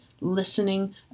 listening